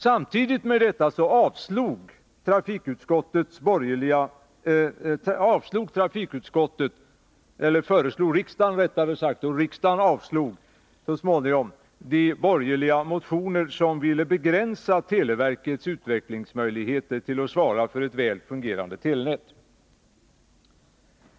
Samtidigt med detta avstyrkte trafikutskottet och avslog riksdagen så småningom de borgerliga motioner som ville begränsa televerkets utvecklingsmöjligheter när det gäller att svara för ett väl fungerande telenät.